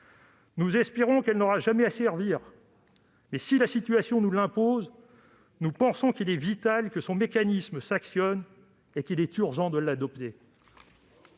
Nous espérons qu'elle n'aura jamais à servir, mais, si la situation l'impose, nous pensons qu'il est vital que son mécanisme puisse être actionné. C'est pourquoi il est urgent de l'adopter